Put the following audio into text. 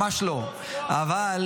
ממש לא ----- קחו אחריות על לעשות